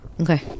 Okay